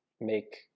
make